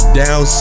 down